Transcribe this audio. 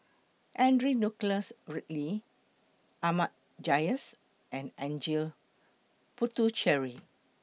Henry Nicholas Ridley Ahmad Jais and N Janil Puthucheary